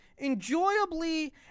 enjoyably